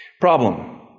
Problem